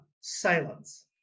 silence